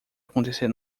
acontecer